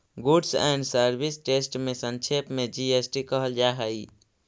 goods and service टेस्ट के संक्षेप में जी.एस.टी कहल जा हई